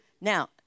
Now